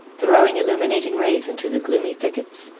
throwing illuminating rays into the gloomy thickets,